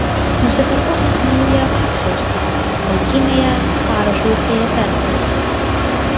nusipirkau net naują apsiaustą laukymėje paruošiau fejerverkus